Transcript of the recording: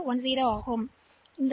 எனவே இது 0 0 1 0 ஆக மாறும்